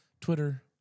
Twitter